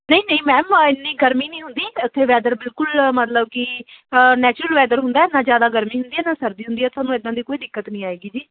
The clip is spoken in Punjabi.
ਨਹੀਂ ਨਹੀਂ ਮੈਮ ਇੰਨੀ ਗਰਮੀ ਨਹੀਂ ਹੁੰਦੀ ਉੱਥੇ ਵੈਦਰ ਬਿਲਕੁਲ ਮਤਲਬ ਕਿ ਨੈਚੁਰਲ ਵੈਦਰ ਹੁੰਦਾ ਨਾ ਜ਼ਿਆਦਾ ਗਰਮੀ ਹੁੰਦੀ ਹੈ ਨਾ ਸਰਦੀ ਹੁੰਦੀ ਤੁਹਾਨੂੰ ਇੱਦਾਂ ਦੀ ਕੋਈ ਦਿੱਕਤ ਨਹੀਂ ਆਏਗੀ ਜੀ